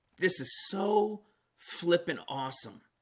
this is so flippant awesome,